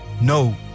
no